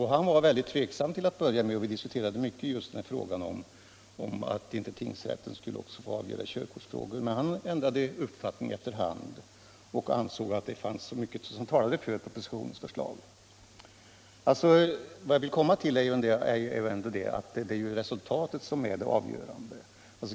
Han var väldigt tveksam till att börja med, och vi diskuterade mycket den här frågan om att inte tingsrätten också skulle få avgöra körkortsfrågor. Men han ändrade uppfattning efter hand och ansåg att det fanns mycket som talade för propositionens förslag. Vad jag vill komma till är att det ändå är resultatet som är det avgörande.